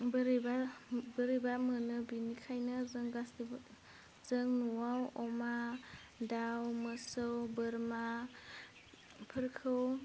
बोरैबा बोरैबा मोनो बिनिखायनो जों गासैबो जों नवाव अमा दाउ मोसौ बोरमा फोरखौ